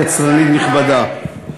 קצרנית נכבדה,